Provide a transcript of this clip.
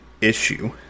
issue